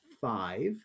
five